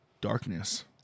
darkness